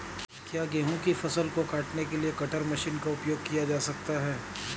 क्या गेहूँ की फसल को काटने के लिए कटर मशीन का उपयोग किया जा सकता है?